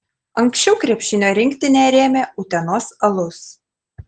anksčiau krepšinio rinktinę rėmė utenos alus